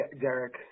Derek